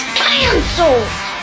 cancelled